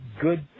good